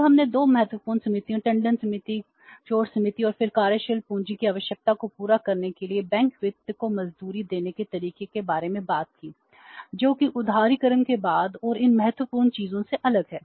और हमने 2 महत्वपूर्ण समितियों टंडन समिति कोर समिति और फिर कार्यशील पूंजी की आवश्यकता को पूरा करने के लिए बैंक वित्त को मंजूरी देने के तरीकों के बारे में बात की जो कि उदारीकरण के बाद और इन महत्वपूर्ण चीजों से अलग हैं